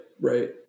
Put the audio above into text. right